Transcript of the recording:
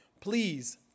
Please